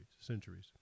centuries